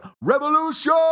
REVOLUTION